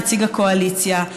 נציג הקואליציה,